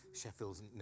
Sheffield's